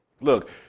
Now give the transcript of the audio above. look